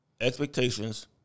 expectations